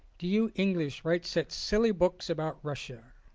do you english write such silly books about russia?